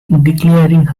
declaring